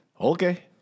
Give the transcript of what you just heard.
Okay